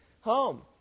home